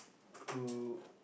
to